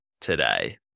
today